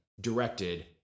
directed